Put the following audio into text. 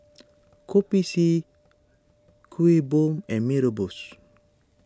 Kopi C Kuih Bom and Mee Rebus